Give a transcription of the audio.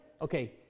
Okay